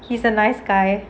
he's a nice guy